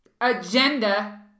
Agenda